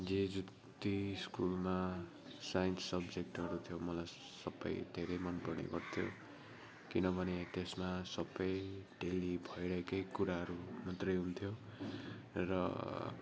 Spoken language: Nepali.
जे जति स्कुलमा साइन्स सब्जेक्टहरू थियो मलाई सबै धेरै मन पर्ने गर्थ्यो किनभने त्यसमा सबै डेली भइरहेकै कुराहरू मात्रै हुन्थ्यो र